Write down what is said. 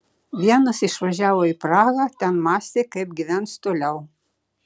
vienas išvažiavo į prahą ten mąstė kaip gyvens toliau